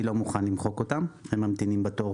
אני לא מוכן למחוק אותם, הם ממתינים בתור.